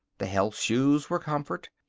the health shoes were comfort.